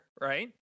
right